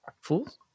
fools